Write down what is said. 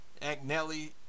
Agnelli